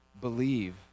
believe